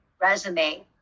resume